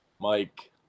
Mike